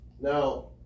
Now